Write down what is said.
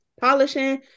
polishing